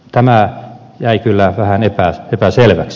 tämä jäi kyllä vähän epäselväksi